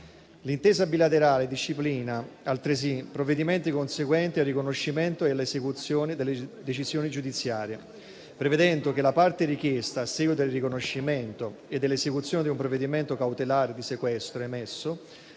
L'intesa bilaterale disciplina altresì provvedimenti conseguenti al riconoscimento e all'esecuzione delle decisioni giudiziarie, prevedendo che la parte richiesta, a seguito del riconoscimento e dell'esecuzione di un provvedimento cautelare di sequestro emesso